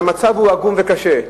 המצב הוא עגום וקשה?